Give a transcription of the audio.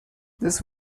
this